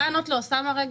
אני יכולה לענות לאוסאמה?